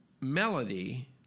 Melody